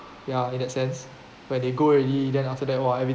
ya in that sense where they go already then after that !wah! every